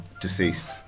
deceased